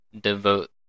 devote